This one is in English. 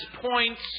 points